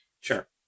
Sure